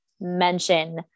mention